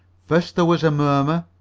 first there was a murmur,